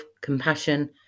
compassion